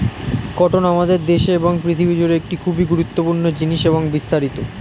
cotton আমাদের দেশে এবং পৃথিবী জুড়ে একটি খুবই গুরুত্বপূর্ণ জিনিস এবং বিস্তারিত